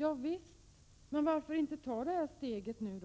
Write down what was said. Ja visst! Varför inte ta det steget nu?